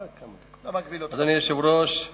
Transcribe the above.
אדוני היושב-ראש,